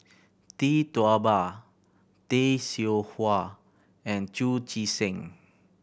Tee Tua Ba Tay Seow Huah and Chu Chee Seng